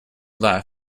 laugh